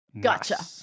Gotcha